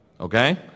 Okay